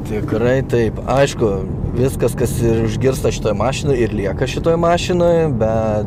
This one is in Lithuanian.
tikrai taip aišku viskas kas ir užgirsta šitoj mašinoj ir lieka šitoj mašinoj be